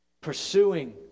pursuing